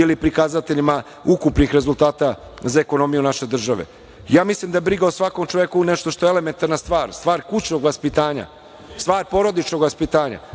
ili prikazateljima ukupnih rezultata za ekonomiju naše države. Mislim da je briga o svakom čoveku nešto što je elementarna stvar, stvar kućnog vaspitanja, stvar porodičnog vaspitanja.